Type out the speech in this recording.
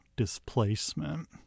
displacement